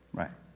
right